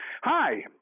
hi